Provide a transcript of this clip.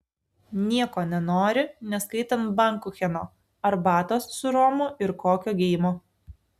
nieko nenori neskaitant bankucheno arbatos su romu ir kokio geimo